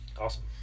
awesome